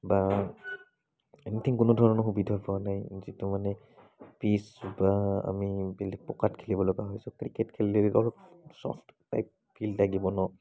বা এনিথিং কোনোধৰণৰ সুবিধা পোৱা নাই যিটো মানে পিচ বা আমি বেলেগ পকাত খেলিব লগা হয় ছ' ক্ৰিকেট খেলিলে অলপ ছফ্ট লাইক ফিল্ড লাগিব ন